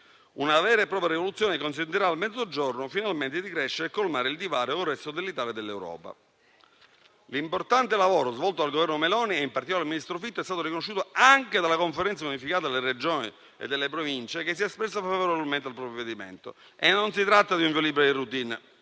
una vera e propria rivoluzione che consentirà finalmente al Mezzogiorno di crescere e di colmare il divario con il resto dell'Italia e dell'Europa. L'importante lavoro svolto dal Governo Meloni, e in particolare dal ministro Fitto, è stato riconosciuto anche dalla Conferenza unificata delle Regioni e delle Province, che si è espressa favorevolmente al provvedimento. Non si tratta di un via libera di *routine*,